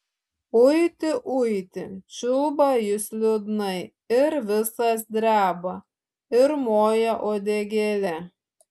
uiti uiti čiulba jis liūdnai ir visas dreba ir moja uodegėle